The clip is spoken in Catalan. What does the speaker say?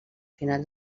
final